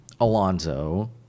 Alonso